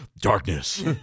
darkness